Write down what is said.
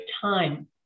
time